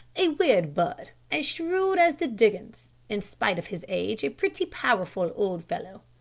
a weird bird, as shrewd as the dickens, in spite of his age a pretty powerful old fellow.